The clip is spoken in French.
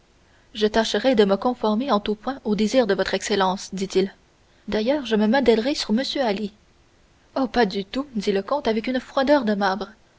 je tâcherai de me conformer en tous points aux désirs de votre excellence dit-il d'ailleurs je me modèlerai sur m ali oh pas du tout dit le comte avec une froideur de marbre